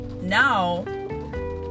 now